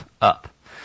up